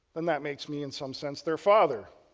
then that makes me in some sense their father.